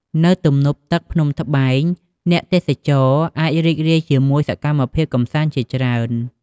នៅទំនប់ទឹកភ្នំត្បែង អ្នកទេសចរណ៍អាចរីករាយជាមួយសកម្មភាពកម្សាន្តជាច្រើន។